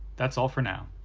that's all for now.